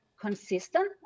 consistent